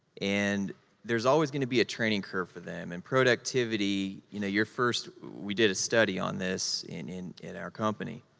and there's always gonna be a training curve for them. and productivity, you know, your first, we did a study on this in in our company.